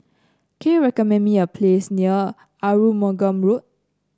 can you recommend me a place near Arumugam Road